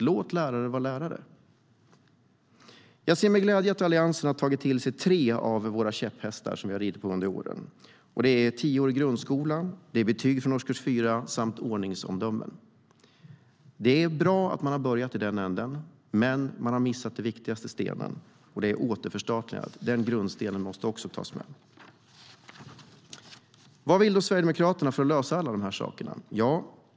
Låt lärare vara lärare. Vad vill då Sverigedemokraterna för att lösa alla dessa saker?